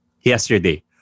yesterday